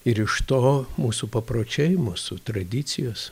ir iš to mūsų papročiai mūsų tradicijos